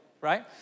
right